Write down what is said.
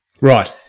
Right